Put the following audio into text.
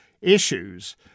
issues